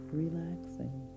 relaxing